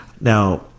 Now-